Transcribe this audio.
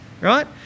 right